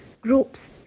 groups